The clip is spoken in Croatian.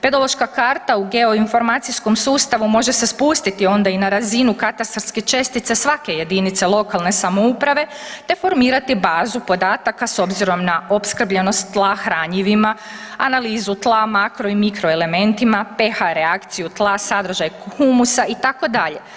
Pedološka karta u geoinformacijskom sustavu može se spustiti onda i na razinu katastarske čestice svake jedinice lokalne samouprave te formirati bazu podataka s obzirom na opskrbljenost tla hranjivima, analizu tla, makro i mikro elementima, pH reakciju tla, sadržaj humusa itd.